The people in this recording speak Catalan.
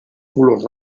color